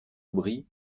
aubry